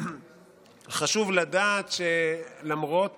חשוב לדעת שלמרות